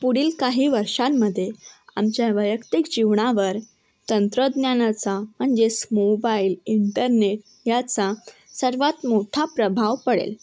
पुढील काही वर्षांमध्ये आमच्या वैयक्तिक जीवनावर तंत्रज्ञानाचा म्हणजेच मोबाईल इंटरनेट याचा सर्वात मोठा प्रभाव पडेल